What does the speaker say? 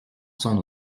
son